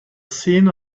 seen